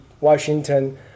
Washington